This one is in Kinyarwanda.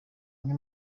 umwe